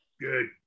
good